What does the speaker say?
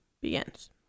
begins